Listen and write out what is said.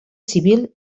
civil